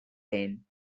ten